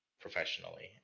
professionally